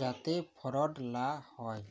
যাতে ফরড লা হ্যয়